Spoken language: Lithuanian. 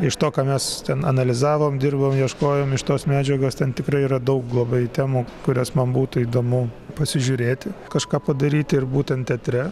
iš to ką mes ten analizavom dirbom ieškojom iš tos medžiagos ten tikrai yra daug labai temų kurias man būtų įdomu pasižiūrėti kažką padaryti ir būtent teatre